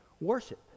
worship